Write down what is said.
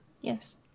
yes